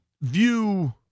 view